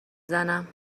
زنم